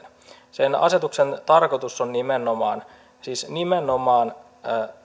sen asetuksen tarkoitus on nimenomaan siis nimenomaan on